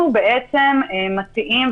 אנחנו מציעים,